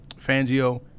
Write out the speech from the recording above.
Fangio